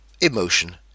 emotion